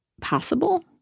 possible